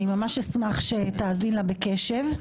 אני ממש אשמח שתאזין לה בקשב.